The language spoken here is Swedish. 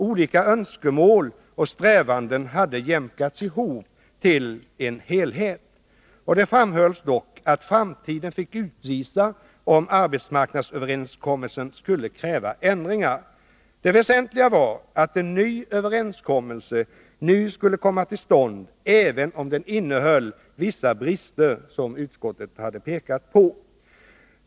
Olika önskemål och strävanden hade jämkats ihop till en helhet. Det framhölls dock att framtiden fick utvisa om arbetsmarknadsöverenskommelsen skulle kräva ändringar. Det väsentliga var att en ny överenskommelse nu skulle komma till stånd, även om den innehöll vissa brister som utskottet hade pekat på.